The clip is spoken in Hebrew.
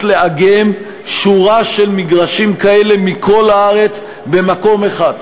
לאגם שורה של מגרשים כאלה מכל הארץ במקום אחד.